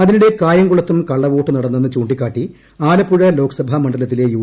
അതിനിടെ കായംകുളത്തും കള്ളവോട്ട് നടന്നെന്ന് ചൂണ്ടിക്കാട്ടി ആലപ്പുഴ ലോക്സഭാ മണ്ഡലത്തിലെ യു